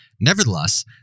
Nevertheless